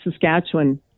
Saskatchewan